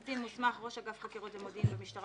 "קצין מוסמך" ראש אגף חקירות ומודיעין במשטרה